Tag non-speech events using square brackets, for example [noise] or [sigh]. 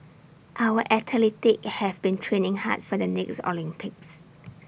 our athletes have been training hard for the next Olympics [noise]